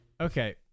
Okay